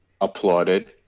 applauded